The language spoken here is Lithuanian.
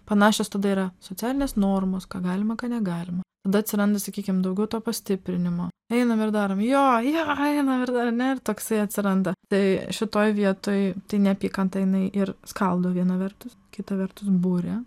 panašios tada yra socialinės normos ką galima ką negalima tada atsiranda sakykim daugiau to pastiprinimo einam ir darom jo jo jo einam ir dar ar ne ir toksai atsiranda tai šitoj vietoj tai neapykanta jinai ir skaldo viena vertus kita vertus buria